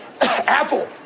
Apple